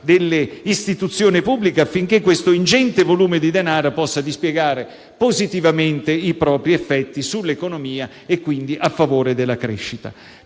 delle istituzioni pubbliche, affinché questo ingente volume di denaro possa dispiegare positivamente i propri effetti sull'economia e quindi a favore della crescita.